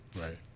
right